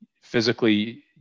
physically